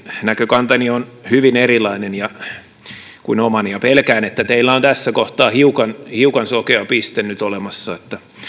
näkökantanne on hyvin erilainen kuin omani pelkään että teillä on tässä kohtaa hiukan hiukan sokea piste nyt olemassa